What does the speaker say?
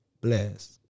Bless